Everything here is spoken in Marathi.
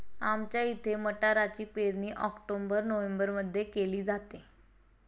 आमच्या इथे मटारची पेरणी ऑक्टोबर नोव्हेंबरमध्ये केली जाते